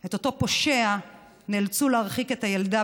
את אותו פושע נאלצו להרחיק את הילדה,